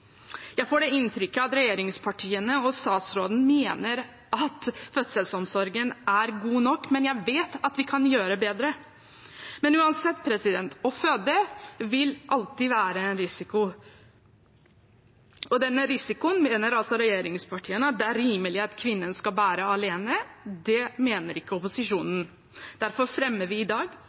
Jeg får det inntrykket at regjeringspartiene og statsråden mener at fødselsomsorgen er god nok, men jeg vet at vi kan gjøre bedre. Uansett: Å føde vil alltid være en risiko, og denne risikoen mener altså regjeringspartiene at det er rimelig at kvinnen skal bære alene. Det mener ikke opposisjonen. Derfor fremmer vi i dag,